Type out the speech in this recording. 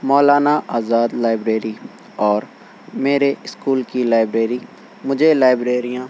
مولانا Azad library اور میرے school کی لائبریری مجھے لائبریریاں